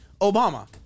Obama